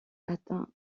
atteint